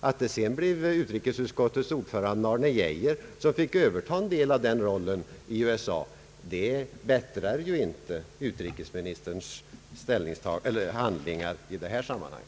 Att det sedan blev utrikesutskottets ordförande, herr Arne Geijer, som fick överta en del av den rollen i USA, förbättrar inte utrikesministerns handlande i detta sammanhang.